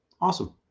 Awesome